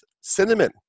cinnamon